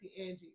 Angie